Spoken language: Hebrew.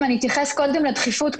אני אתייחס קודם לדחיפות,